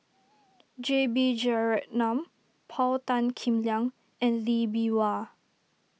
J B Jeyaretnam Paul Tan Kim Liang and Lee Bee Wah